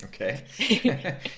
Okay